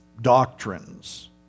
doctrines